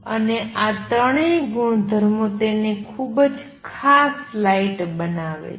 અને આ ત્રણેય ગુણધર્મો તેને ખૂબ જ ખાસ લાઇટ બનાવે છે